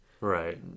Right